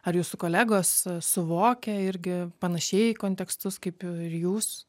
ar jūsų kolegos suvokia irgi panašiai kontekstus kaip ir jūs